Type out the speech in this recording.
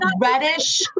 reddish